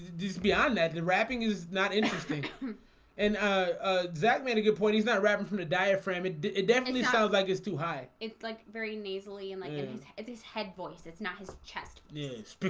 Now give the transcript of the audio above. this beyond that the rapping is not interesting and ah zack made a good point he's not rapping from the diaphragm. it it definitely sounds like it's too high it's like very nasally and like it's his head voice it's not his chest. yeah,